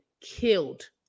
killed